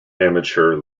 amateur